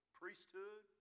priesthood